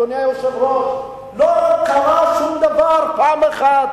אדוני היושב-ראש: לא יקרה שום דבר אם פעם אחת